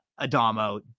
Adamo